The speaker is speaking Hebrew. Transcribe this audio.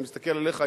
אני מסתכל עליך,